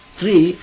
three